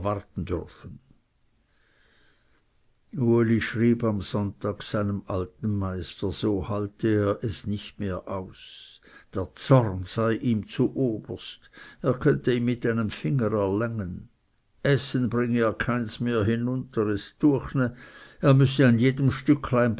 warten dürfen uli schrieb am sonntag seinem alten meister so halte er es nicht mehr aus der zorn sei ihm zu oberst er könne ihn mit einem finger erlängen essen bringe er keins mehr hinunter es düech ne er müsse an jedem